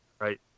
right